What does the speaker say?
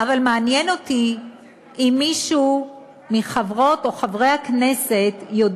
אבל מעניין אותי אם מישהו מחברות או חברי הכנסת יודע